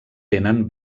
tenen